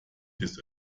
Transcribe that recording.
des